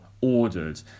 ordered